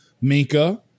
Minka